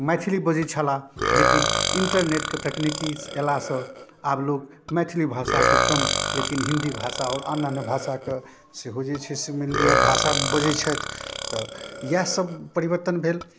मैथिली बजै छलाह लेकिन इन्टरनेटके तकनिकी अयलासँ आब लोग मैथिली भाषाकेँ कम लेकिन हिन्दी भाषा आओर अन्य अन्य भाषाकेँ सेहो जे छै से मानि लिऽ भाषा बजै छथि तऽ इएह सब परिवर्तन भेल